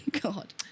God